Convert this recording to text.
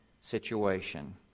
situation